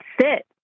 sit